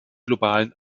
globalen